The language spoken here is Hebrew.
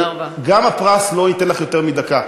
אבל גם הפרס לא ייתן לך יותר מדקה.